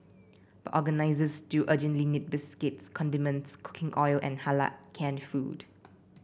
but organisers still urgently need biscuits condiments cooking oil and Halal canned food